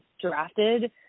drafted